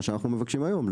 מה שאנו מבקשים היום,